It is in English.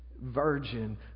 virgin